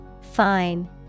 Fine